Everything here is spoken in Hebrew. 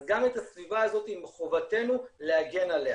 אז גם את הסביבה הזאת מחובתנו להגן עליה.